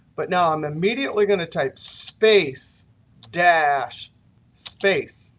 but now, i'm immediately going to type space dash space.